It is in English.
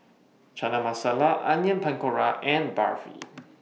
Chana Masala Onion Pakora and Barfi